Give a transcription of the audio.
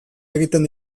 egiten